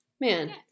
Man